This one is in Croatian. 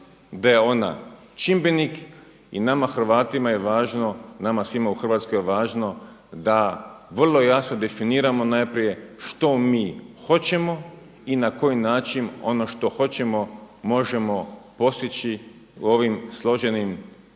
da je ona čimbenik i nama Hrvatima je važno i nama svima u Hrvatskoj je važno da vrlo jasno definiramo najprije što mi hoćemo i na koji način ono što hoćemo možemo postići u ovim složenim